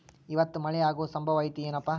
ಇವತ್ತ ಮಳೆ ಆಗು ಸಂಭವ ಐತಿ ಏನಪಾ?